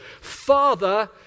Father